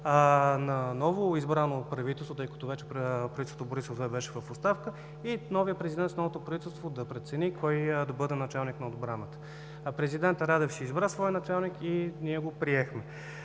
на новоизбраното правителство, тъй като правителството Борисов 2 вече беше в оставка, и новият президент с новото правителство да прецени кой ще бъде началник на отбраната. Президентът Радев избра своя началник и ние го приехме.